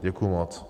Děkuji moc.